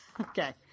Okay